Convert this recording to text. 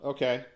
Okay